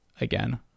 again